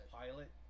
pilot